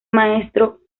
maestro